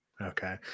Okay